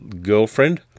girlfriend